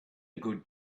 good